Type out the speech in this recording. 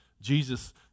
Jesus